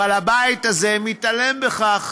אבל הבית הזה מתעלם מכך